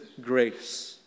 grace